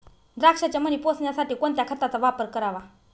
द्राक्षाचे मणी पोसण्यासाठी कोणत्या खताचा वापर करावा?